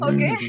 Okay